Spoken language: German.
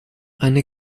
eine